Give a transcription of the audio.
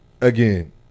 again